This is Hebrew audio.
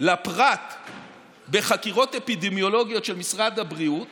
לפרט בחקירות אפידמיולוגיות של משרד הבריאות